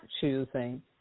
choosing